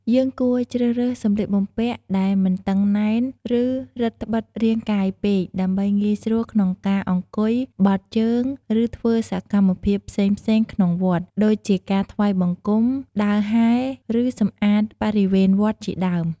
យើងគួរជ្រើសរើសសម្លៀកបំពាក់ដែលមិនតឹងណែន ឬរឹតត្បិតរាងកាយពេក ដើម្បីងាយស្រួលក្នុងការអង្គុយ បត់ជើង ឬធ្វើសកម្មភាពផ្សេងៗក្នុងវត្ត ដូចជាការថ្វាយបង្គំ ដើរហែរ ឬសម្អាតបរិវេណវត្តជាដើម។